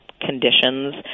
conditions